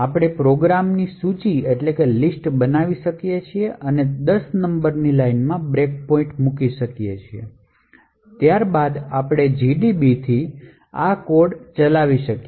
આપણે પ્રોગ્રામની સૂચિ બનાવી શકીએ અને 10 નંબરની લાઈનમાં બ્રેક પોઇન્ટ મૂકી શકીએ અને ત્યારબાદ આપણે gdb થી આ કોડ ચલાવી શકીએ